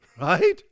Right